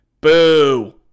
Boo